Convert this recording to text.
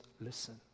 listen